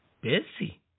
busy